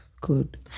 good